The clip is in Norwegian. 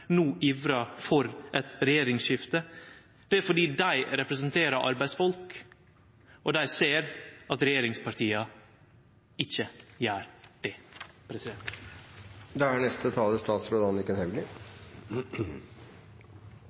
no ivrar for eit regjeringsskifte. Det er fordi dei representerer arbeidsfolk, og dei ser at regjeringspartia ikkje gjer det.